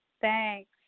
Thanks